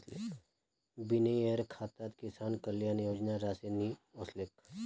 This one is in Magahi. विनयकेर खातात किसान कल्याण योजनार राशि नि ओसलेक